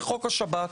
חוק השב"כ,